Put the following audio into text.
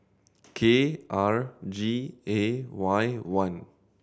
K R G A Y one